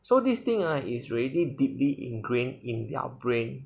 so this thing ah is already deeply ingrained in their brain